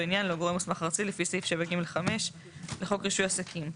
עניין לגורם מוסמך ארצי לפי סעיף 7ג5 לחוק רישוי עסקים.